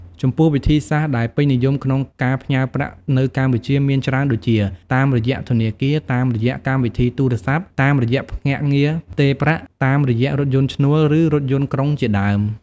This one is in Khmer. ចំពោះ វិធីសាស្រ្តដែលពេញនិយមក្នុងការផ្ញើប្រាក់នៅកម្ពុជាមានច្រើនដូចជា តាមរយៈធនាគារ តាមរយៈកម្មវិធីទូរស័ព្ទ តាមរយៈភ្នាក់ងារផ្ទេរប្រាក់ តាមរយៈរថយន្តឈ្នួល ឬរថយន្តក្រុងជាដើម។